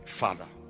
father